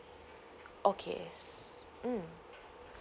okay yes mm